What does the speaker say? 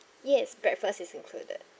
yes breakfast is included